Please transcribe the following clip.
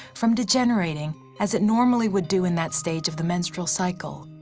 from degenerating as it normally would do in that stage of the menstrual cycle.